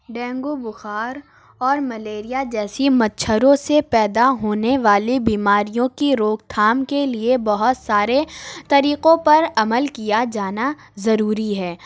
dengue بخار اور malaria جیسی مچھروں سے پیدا ہونے والی بیماریوں کی روک تھام کے لیے بہت سارے طریقوں پر عمل کیا جانا ضروری ہے